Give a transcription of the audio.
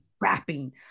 rapping